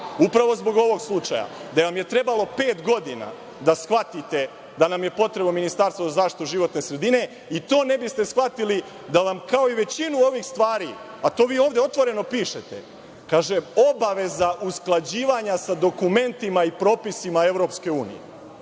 upravo zbog ovog slučaja gde vam je trebalo pet godina da shvatite da nam je potrebno ministarstvo za zaštitu životne sredine. Ni to ne biste shvatili da vam kao i većinu ovih stvari, a to vi ovde otvoreno pišete, kaže – obaveze usklađivanja sa dokumentima i propisima EU. Sve